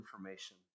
information